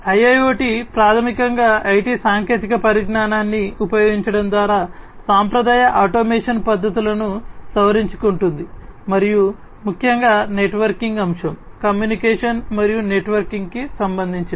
IIOT ప్రాథమికంగా IT సాంకేతిక పరిజ్ఞానాన్ని ఉపయోగించడం ద్వారా సాంప్రదాయ ఆటోమేషన్ పద్ధతులను సవరించుకుంటుంది మరియు ముఖ్యంగా నెట్వర్కింగ్ అంశం కమ్యూనికేషన్ మరియు నెట్వర్కింగ్కు సంబంధించి